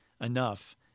enough